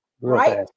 right